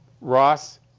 Ross